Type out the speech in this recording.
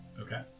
Okay